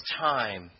time